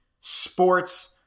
sports